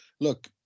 Look